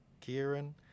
Kieran